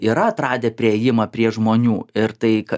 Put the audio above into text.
yra atradę priėjimą prie žmonių ir tai ką